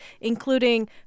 including